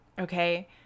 okay